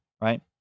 right